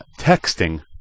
texting